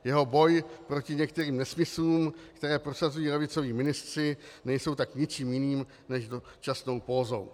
Jeho boj proti některým nesmyslům, které prosazují levicoví ministři, není tak ničím jiným než dočasnou pózou.